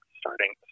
starting